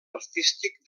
artístic